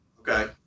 Okay